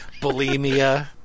bulimia